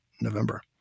November